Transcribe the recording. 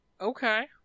Okay